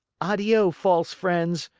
addio, false friends.